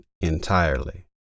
entirely